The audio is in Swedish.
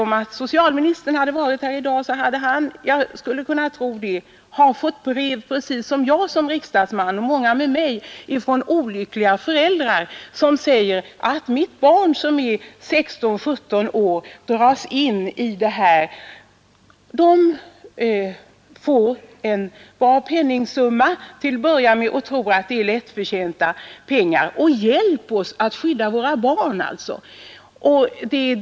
Om socialministern hade varit närvarande nu i kammaren, så tror jag att han liksom jag och många andra riksdagsledamöter skulle kunnat berätta att han fått brev från olyckliga föräldrar, som berättar om sina flickor på 16—17 år, som dragits in i denna verksamhet. Flickorna får en rätt stor penningsumma till att börja med och tror att det är lättförtjänta pengar. Hjälp oss att skydda våra barn — så ber man.